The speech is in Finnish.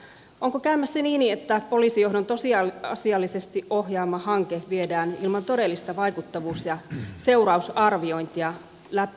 onko käymässä niin että poliisijohdon tosiasiallisesti ohjaama hanke viedään ilman todellista vaikuttavuus ja seurausarviointia läpi